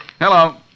Hello